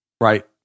right